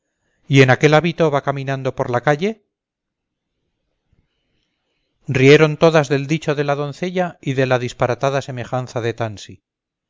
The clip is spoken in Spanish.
y en aquel hábito va caminando por la calle rieron todas del dicho de la doncella y de la disparatada semejanza de tansi